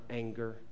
anger